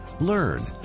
Learn